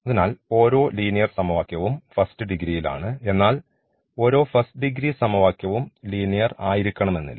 അതിനാൽ ഓരോ ലീനിയർ സമവാക്യവും ഫസ്റ്റ് ഡിഗ്രിയിലാണ് എന്നാൽ ഓരോ ഫസ്റ്റ് ഡിഗ്രി സമവാക്യവും ലീനിയർ ആയിരിക്കണമെന്നില്ല